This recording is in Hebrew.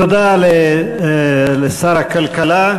תודה לשר הכלכלה,